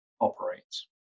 operates